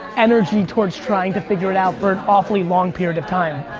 energy towards trying to figure it out for an awfully long period of time.